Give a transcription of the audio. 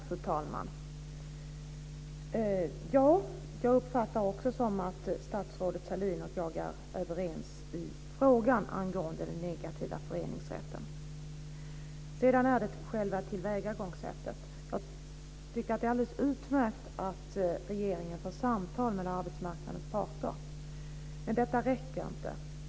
Fru talman! Jag uppfattar det också som att statsrådet Sahlin och jag är överens i frågan angående den negativa föreningsrätten. När det sedan gäller själva tillvägagångssättet så tycker jag att det är alldeles utmärkt att regeringen för samtal med arbetsmarknadens parter. Men det räcker inte.